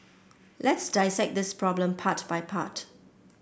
let's dissect this problem part by part